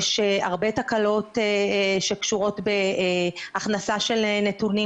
יש הרבה תקלות שקשורות בהכנסה של נתונים